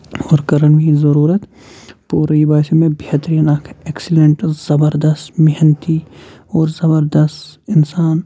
اور کٔرٕنۍ مےٚ یہِ ضرورت پورٕ یہِ باسیٚو مےٚ بہتٔرین اکھ ایٚکسِلنٹ زَبردست محنتی اور زَبردست اِنسان